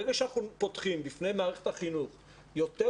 ברגע שאנחנו פותחים את מערכת החינוך ונותנים